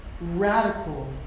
radical